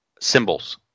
symbols